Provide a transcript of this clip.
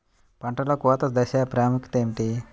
పంటలో కోత దశ ప్రాముఖ్యత ఏమిటి?